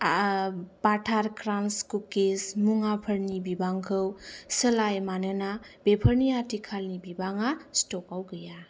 बाटार crunch cookies मुवाफोरनि बिबांखौ सोलाय मानोना बेफोरनि आथिखालनि बिबाङा स्टकाआव गैया